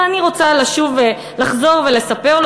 ואני רוצה לשוב ולחזור ולספר לו.